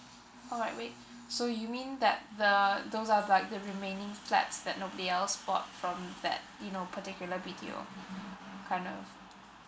alright wait so you mean that the those are like the remaining flats that nobody else bought from that you know particular B_T_O kind of